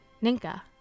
Ninka